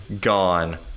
gone